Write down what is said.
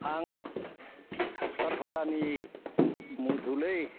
आं सिखारफारानि मधुलै